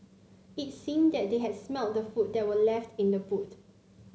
it seemed that they had smelt the food that were left in the boot